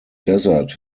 desert